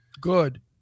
Good